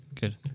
Good